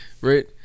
Right